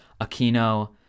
Aquino